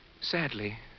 Sadly